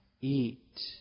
eat